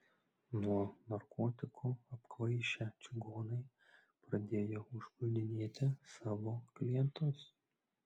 nuo narkotikų apkvaišę čigonai pradėjo užpuldinėti savo klientus